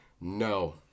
No